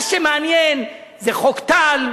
מה שמעניין זה חוק טל.